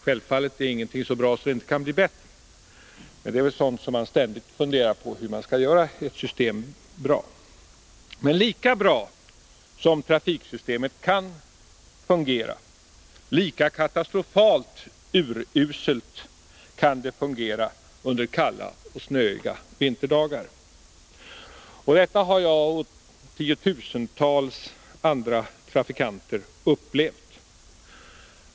Självfallet är ingenting så bra att det inte kan bli bättre, men det är väl sådant som man ständigt funderar på — hur man skall göra ett system bra. Men lika bra som trafiksystemet fungerar under de nyssnämnda perioderna, lika katastrofalt uruselt kan det fungera under kalla och snöiga vinterdagar. Detta har jag och tiotusentals andra trafikanter upplevt.